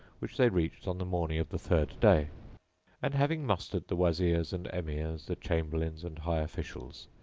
which they reached on the morning of the third day and, having mustered the wazirs and emirs, the chamberlains and high officials,